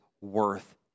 worth